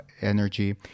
Energy